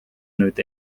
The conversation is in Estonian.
nüüd